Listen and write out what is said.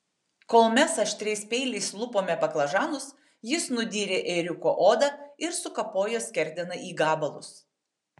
kol mes aštriais peiliais lupome baklažanus jis nudyrė ėriuko odą ir sukapojo skerdeną į gabalus